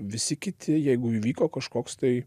visi kiti jeigu įvyko kažkoks tai